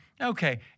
okay